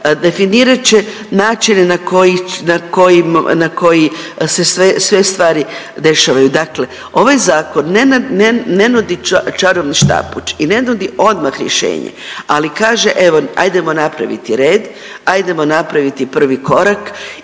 definirat će načine na koji se sve stvari dešavaju. Dakle, ovaj zakon ne nudi čarobni štapić i ne nudi odmah rješenje, ali kaže evo ajdemo napraviti red, ajdemo napraviti prvi korak